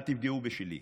אל תפגעו בשלי.